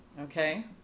Okay